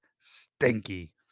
stinky